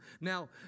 Now